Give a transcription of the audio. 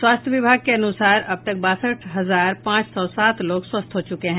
स्वास्थ्य विभाग के अनुसार अब तक बासठ हजार पांच सौ सात लोग स्वस्थ हो चुके हैं